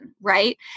right